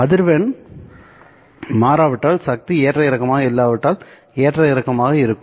அதிர்வெண் மாறாவிட்டால் சக்தி ஏற்ற இறக்கமாக இல்லாவிட்டால் ஏற்ற இறக்கமாக இருக்கும்